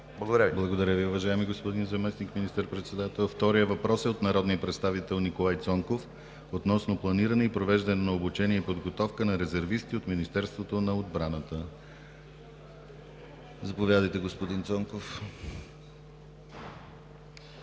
Благодаря Ви, уважаеми господин Заместник министър-председател. Вторият въпрос е от народния представител Николай Цонков относно планиране и провеждане на обучение и подготовка на резервисти от Министерството на отбраната. Заповядайте, господин Цонков.